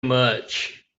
much